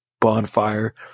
Bonfire